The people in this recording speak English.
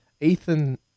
Ethan